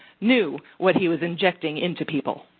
knew what he was injecting into people.